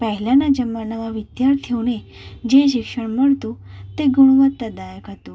પહેલાંના જમાનામાં વિદ્યાર્થીઓને જે શિક્ષણ મળતું તે ગુણવત્તાદાયક હતું